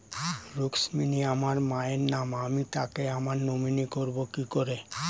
রুক্মিনী আমার মায়ের নাম আমি তাকে আমার নমিনি করবো কি করে?